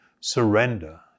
surrender